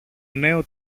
νέο